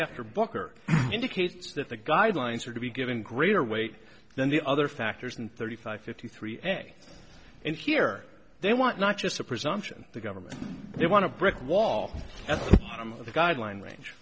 after booker indicates that the guidelines are to be given greater weight than the other factors and thirty five fifty three any and here they want not just the presumption the government they want to brick wall that's the guideline